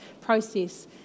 process